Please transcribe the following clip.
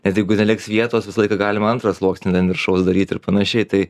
net jeigu neliks vietos visą laiką galima antrą sluoksnį ant viršaus daryt ir panašiai tai